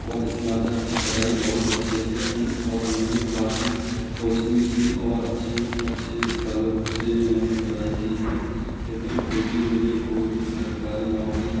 और स्नातक की पढाई बहुत अच्छे से की और मैंने काफ़ी कोचिंग भी की और अच्छे अच्छे स्थलों से मैंने पढाई की है लेकिन फिर भी मुझे कोई भी सरकारी नौकरी